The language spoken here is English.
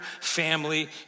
family